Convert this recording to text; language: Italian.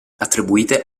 attribuite